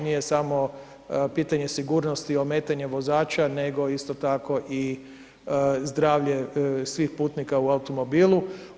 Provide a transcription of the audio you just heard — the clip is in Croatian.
Nije samo pitanje sigurnosti i ometanje vozača, nego isto tako i zdravlje svih putnika u automobilu.